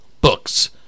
books